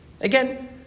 Again